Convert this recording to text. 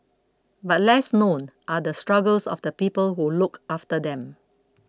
but less known are the struggles of the people who look after them